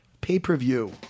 Pay-per-view